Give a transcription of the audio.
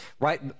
right